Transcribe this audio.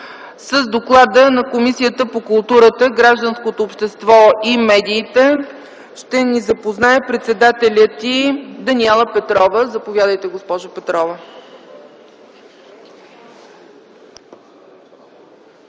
С доклада на Комисията по културата, гражданското общество и медиите ще ни запознае председателят й Даниела Петрова. Заповядайте, госпожо Петрова.